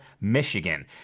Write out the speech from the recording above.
Michigan